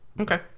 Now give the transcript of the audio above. Okay